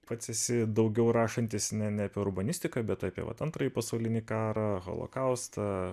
pats esi daugiau rašantis ne ne apie urbanistiką bet apie vat antrąjį pasaulinį karą holokaustą